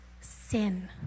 sin